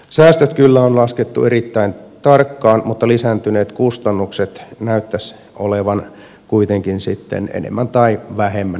säästöt kyllä on laskettu erittäin tarkkaan mutta lisääntyneet kustannukset näyttäisivät kuitenkin sitten enemmän tai vähemmän unohtuneen